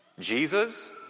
Jesus